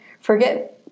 Forget